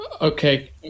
Okay